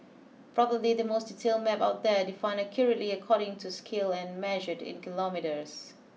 probably the most detailed map out there defined accurately according to scale and measured in kilometres